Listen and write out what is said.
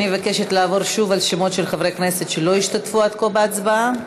אני מבקשת לעבור שוב על שמות חברי הכנסת שלא השתתפו עד כה בהצבעה.